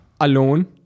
alone